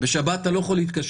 בשבת אתה לא יכול להתקשר